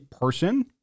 person